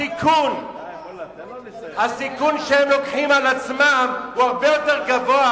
הסיכון שהם לוקחים על עצמם הוא הרבה יותר גבוה